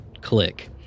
Click